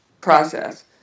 process